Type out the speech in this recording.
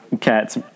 Cats